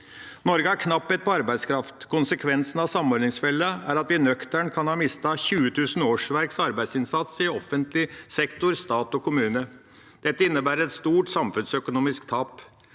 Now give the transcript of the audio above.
Norge har knapphet på arbeidskraft. Konsekvensen av samordningsfella er at vi nøkternt kan ha mistet 20 000 årsverks arbeidsinnsats i offentlig sektor, stat og kommune. Dette innebærer et stort samfunnsøkonomisk tap.